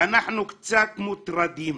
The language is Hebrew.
אנחנו קצת מוטרדים.